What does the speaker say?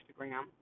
Instagram